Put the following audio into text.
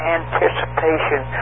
anticipation